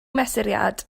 mesuriad